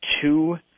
two